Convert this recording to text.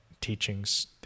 teachings